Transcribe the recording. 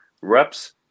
reps